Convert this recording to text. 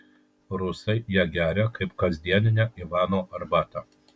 rusai ją geria kaip kasdieninę ivano arbatą